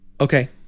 Okay